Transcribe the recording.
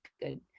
good